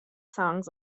songs